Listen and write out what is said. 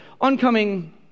oncoming